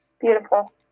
Beautiful